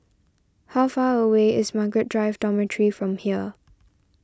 how far away is Margaret Drive Dormitory from here